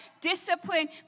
Discipline